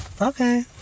Okay